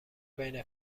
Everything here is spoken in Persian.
بین